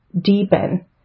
deepen